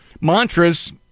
mantras